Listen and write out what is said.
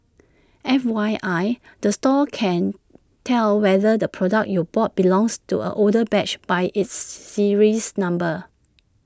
F Y I the store can tell whether the product you bought belongs to an older batch by its serials number